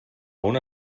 una